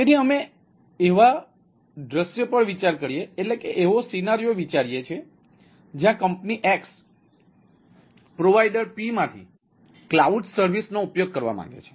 તેથી અમે એવા દૃશ્ય પર વિચાર કરીએ છીએ જ્યાં કંપની X પ્રોવાઇડર P માંથી ક્લાઉડ સર્વિસનો ઉપયોગ કરવા માંગે છે